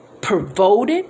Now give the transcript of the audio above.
provoked